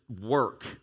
work